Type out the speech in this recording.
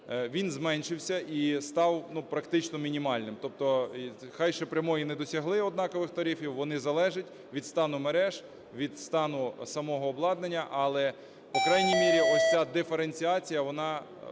він зменшився і став практично мінімальним. Тобто хай ще прямої не досягли однакових тарифів, вони залежать від стану мереж, від стану самого обладнання, але по крайній мірі ось ця диференціація, вона